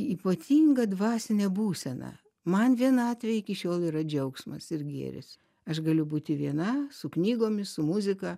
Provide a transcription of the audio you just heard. ypatingą dvasinę būseną man vienatvė iki šiol yra džiaugsmas ir gėris aš galiu būti viena su knygomis su muzika